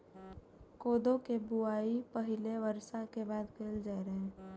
कोदो के बुआई पहिल बर्षा के बाद कैल जाइ छै